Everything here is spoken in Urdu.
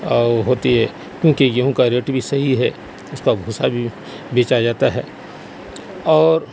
ہوتی ہے کیوںکہ گیہوں کا ریٹ بھی صحیح ہے اس کا بھوسا بھی بیچا جاتا ہے اور